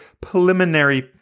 preliminary